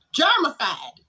Germified